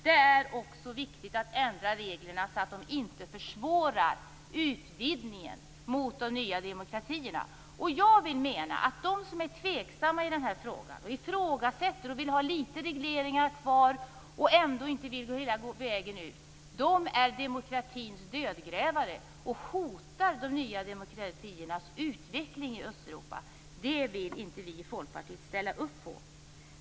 Det är också viktigt att ändra reglerna så att de inte försvårar utvidgningen mot de nya demokratierna. Jag menar att de som är tveksamma i den här frågan, som ifrågasätter, som vill ha litet regleringar kvar och som inte vill gå hela vägen, är demokratins dödgrävare och att de hotar utvecklingen i de nya demokratierna i Östeuropa. Något sådant vill inte vi i Folkpartiet ställa upp på.